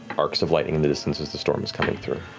arcs of lighting in the distance as the storm is coming through.